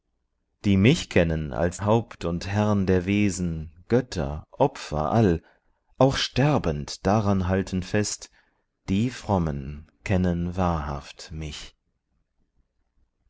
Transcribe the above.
die mich kennen als haupt und herrn der wesen götter opfer all auch sterbend daran halten fest die frommen kennen wahrhaft mich